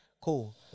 Cool